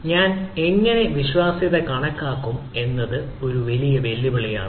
ഞാൻ എങ്ങനെ വിശ്വാസ്യത കണക്കാക്കും എന്നത് ഒരു വലിയ വെല്ലുവിളിയാണ്